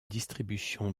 distribution